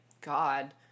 God